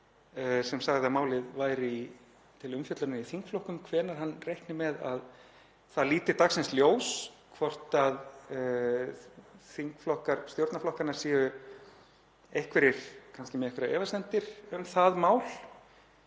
sem sagði að málið væri til umfjöllunar í þingflokkum, hvenær hann reikni með að það líti dagsins ljós, hvort þingflokkar stjórnarflokkanna séu einhverjir kannski með einhverjar efasemdir um það mál,